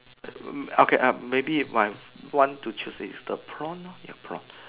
okay um maybe my I want to choose is the prawn lor ya the prawn